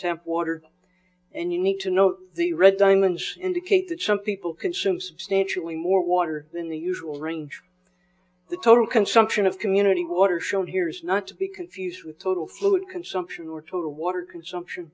temp water and you need to know the red diamonds indicate that some people consume substantially more water than the usual range the total consumption of community water shown here is not to be confused with total food consumption or total water consumption